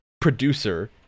producer